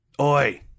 Oi